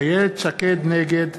שקד, נגד